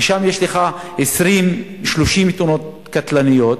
ושם יש לך 20 ו-30 תאונות קטלניות,